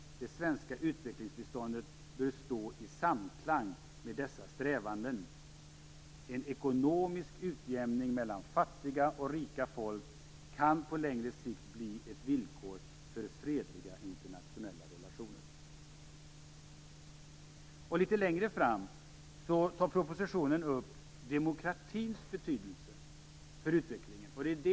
Det svenska utvecklingsbiståndet bör stå i samklang med dessa strävanden -. En ekonomisk utjämning mellan fattiga och rika folk kan på längre sikt bli ett villkor för fredliga internationella relationer." Litet längre fram i propositionen utvecklas demokratins betydelse för utvecklingen.